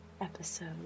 episode